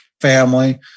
family